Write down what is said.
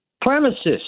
premises